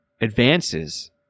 advances